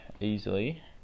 easily